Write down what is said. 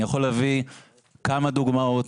אני יכול להביא כמה דוגמאות.